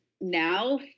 now